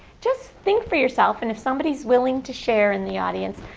just think for yourself, and if somebody is willing to share in the audience,